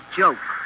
joke